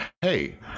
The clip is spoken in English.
hey